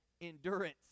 endurance